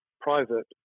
private